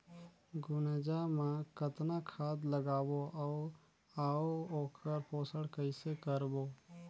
गुनजा मा कतना खाद लगाबो अउ आऊ ओकर पोषण कइसे करबो?